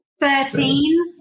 Thirteen